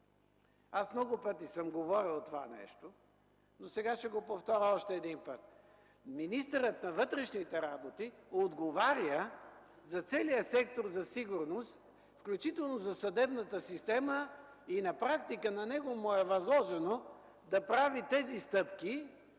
Много пъти съм говорил това нещо, но сега ще го повторя още един път. Министърът на вътрешните работи отговаря за целия сектор за сигурност, включително за съдебната система и на практика на него му е възложено да координира тези стъпки,